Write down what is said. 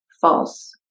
false